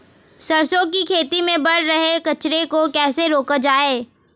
सरसों की खेती में बढ़ रहे कचरे को कैसे रोका जाए?